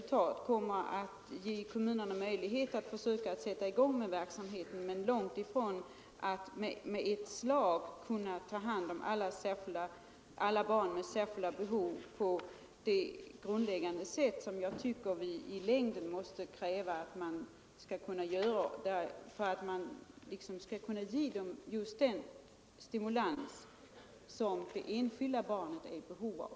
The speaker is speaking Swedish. Dessa kommer att ge kommunerna möjlighet att försöka sätta i gång verksamheten, men långtifrån att med ett slag ta hand om alla barn med särskilda behov på det grundläggande sätt som jag tycker att vi i längden måste kräva med hänsyn till deras skiftande behov.